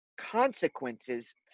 consequences